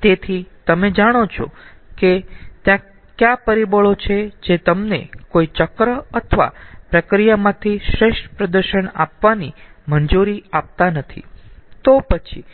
તેથી તમે જાણો છો કે તે કયા પરિબળો છે જે તમને કોઈ ચક્ર અથવા પ્રક્રિયામાંથી શ્રેષ્ઠ પ્રદર્શન આપવાની મંજૂરી આપતા નથી તો પછી